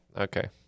Okay